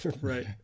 right